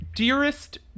Dearest